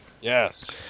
Yes